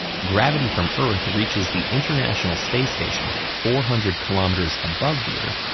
gravity from earth reaches the international space station, four hundred kilometers above the earth,